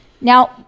Now